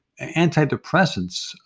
antidepressants